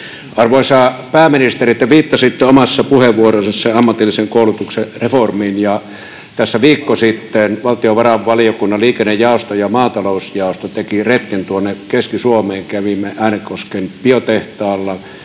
Arvoisa pääministeri, te viittasitte omassa puheenvuorossanne ammatillisen koulutuksen reformiin. Tässä viikko sitten valtiovarainvaliokunnan liikennejaosto ja maatalousjaosto tekivät retken tuonne Keski-Suomeen, kävimme Äänekosken biotehtaalla,